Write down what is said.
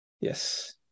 Yes